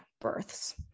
births